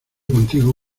contigo